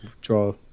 draw